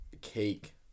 Cake